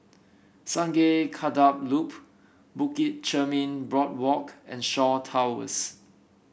Sungei Kadut Loop Bukit Chermin Boardwalk and Shaw Towers